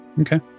Okay